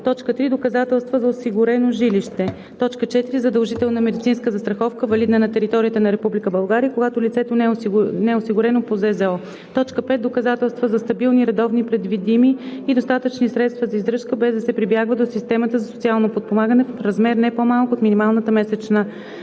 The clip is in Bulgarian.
ЗЧРБ; 3. доказателства за осигурено жилище; 4. задължителна медицинска застраховка, валидна на територията на Република България, когато лицето не е осигурено по ЗЗО; 5. доказателства за стабилни, редовни, предвидими и достатъчни средства за издръжка, без да се прибягва до системата за социално подпомагане, в размер, не по-малък от минималната месечна